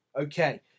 Okay